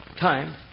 time